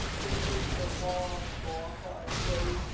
this is the wrong law for our state,